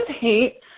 hate